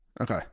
Okay